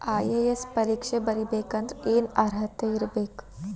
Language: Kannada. ಐ.ಎ.ಎಸ್ ಪರೇಕ್ಷೆ ಬರಿಬೆಕಂದ್ರ ಏನ್ ಅರ್ಹತೆ ಇರ್ಬೇಕ?